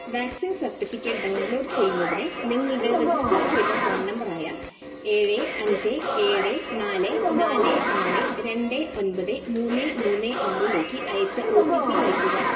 vaccine certificate download ചെയ്യുന്നതിന് നിങ്ങളുടെ register ചെയ്ത ഫോൺ നമ്പറായ ഏഴ് അഞ്ച് ഏഴ് നാല് നാല് ആറ് രണ്ട് ഒൻപത് മൂന്ന് മൂന്ന് ആറിലേക്ക് അയച്ച ഒ റ്റി പി നൽകുക